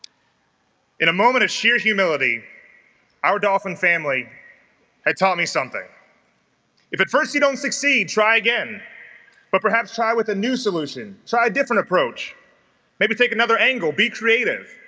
in a moment of sheer humility our dolphin family had taught me something if at first you don't succeed try again but perhaps try with a new solution sorry different approach maybe take another angle be creative